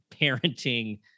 parenting